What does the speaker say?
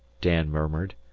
dan murmured.